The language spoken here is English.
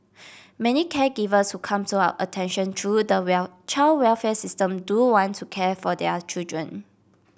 many caregivers who come to our attention through the will child welfare system do want to care for their children